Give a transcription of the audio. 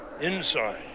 inside